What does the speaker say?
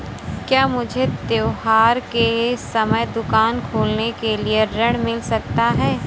क्या मुझे त्योहार के समय दुकान खोलने के लिए ऋण मिल सकता है?